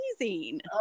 amazing